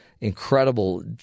incredible